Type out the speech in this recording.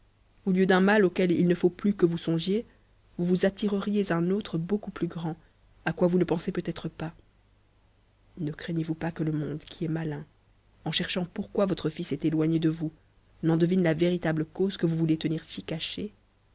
au lieu d'un mal auquel h ne faut plus que f ons sougiez vous vous en attireriez un autre beaucoup plus grand à quoi t ons ne pensez pent être pas ne craignez-vous pas que le inonde qui est mnhu en cherchant pourquoi votre fils est éloigné de vous n'en devine t t vétitable cause que vous voulez tenir si cachée